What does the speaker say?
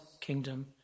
kingdom